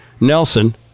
Nelson